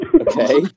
Okay